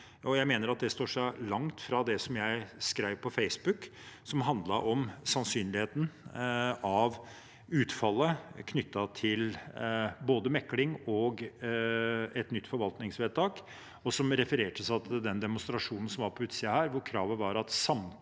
Jeg mener at det står langt fra det jeg skrev på Facebook, som handlet om sannsynligheten av utfallet knyttet til både mekling og et nytt forvaltningsvedtak, og som refererte til den demonstrasjonen som var på utsiden her, hvor kravet var at samtlige